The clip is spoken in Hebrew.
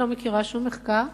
אני לא מכירה שום מחקר,